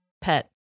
pet